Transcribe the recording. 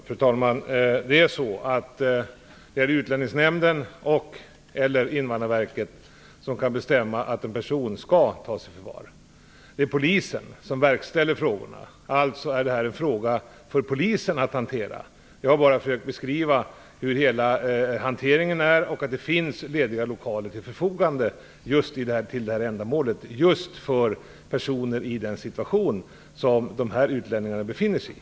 Fru talman! Det är Utlänningsnämnden och/eller Invandrarverket som bestämmer om en person skall tas i förvar. Det är polisen som verkställer besluten. Alltså är detta en fråga för polisen att hantera. Jag har försökt beskriva hur hela hanteringen går till. Det finns lediga lokaler till förfogande till detta ändamål för personer i den situation som dessa utlänningar befinner sig i.